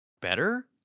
better